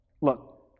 Look